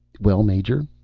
well, major?